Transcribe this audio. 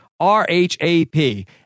R-H-A-P